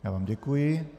Já vám děkuji.